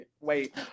Wait